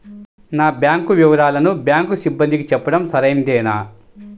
నా బ్యాంకు వివరాలను బ్యాంకు సిబ్బందికి చెప్పడం సరైందేనా?